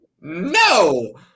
No